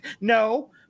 No